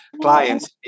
clients